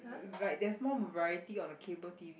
like there's more variety on the cable t_v